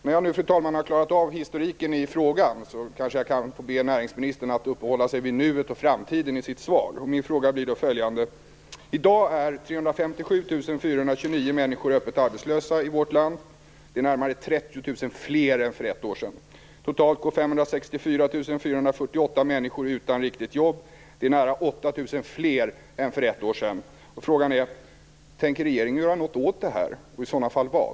När jag nu, fru talman, har klarat av historiken i frågan kanske jag kan få be näringsministern att uppehålla sig vid nuet och framtiden i sitt svar. Min fråga blir följande: I dag är 357 429 människor öppet arbetslösa i vårt land. Det är närmare 30 000 fler än för ett år sedan. Totalt går 564 448 människor utan riktigt jobb. Det är nära 8 000 fler än för ett år sedan. Tänker regeringen göra något åt detta och i sådana fall vad?